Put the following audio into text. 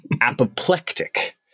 apoplectic